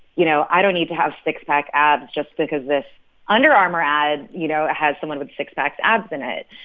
you know, i don't need to have six-pack abs just because this under armour ad, you know, has someone with six-pack abs in it,